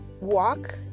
walk